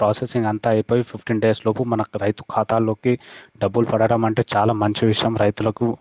processing అంతా అయిపోయి fifteen days లోపు మనకు రైతు ఖాతాలోకి డబ్బులు పడటం అంటే చాలా మంచి విషయం రైతులకు